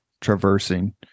traversing